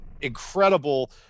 Incredible